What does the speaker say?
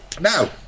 Now